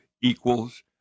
equals